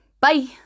Bye